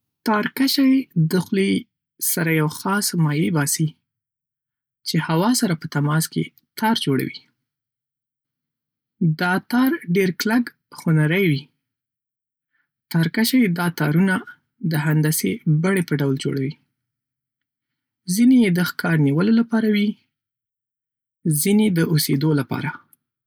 تارکشې د خولې سره یو خاص مايع باسي چې هوا سره په تماس کې تار جوړوي. دا تار ډېر کلک، خو نری وي. تارکشه دا تارونه د هندسي بڼې په ډول جوړوي – ځینې یې د ښکار نیولو لپاره وي، ځینې د اوسېدو لپاره.